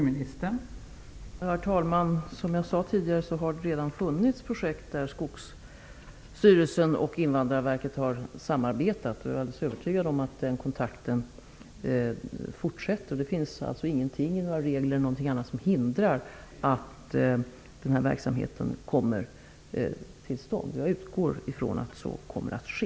Fru talman! Som jag sade tidigare har det funnits projekt där Skogsvårdsstyrelsen och Invandrarverket har samarbetat. Jag är alldeles övertygad om att den kontakten fortsätter. Det finns alltså ingenting -- inga regler eller någonting annat -- som hindrar att denna verksamhet kommer till stånd. Jag utgår ifrån att så kommer att ske.